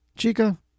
Chica